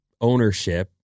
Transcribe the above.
ownership